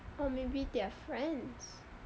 or maybe they're friends